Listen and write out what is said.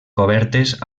cobertes